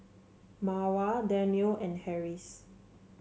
Mawar Daniel and Harris